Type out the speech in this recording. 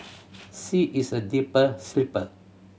she is a deeper sleeper